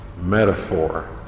metaphor